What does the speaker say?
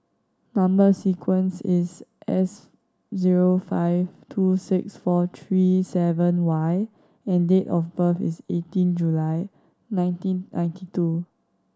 number sequence is S zero five two six four three seven Y and date of birth is eighteen July nineteen ninety two